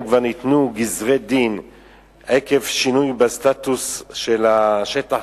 כבר ניתנו גזרי-דין עקב שינוי בסטטוס של השטח,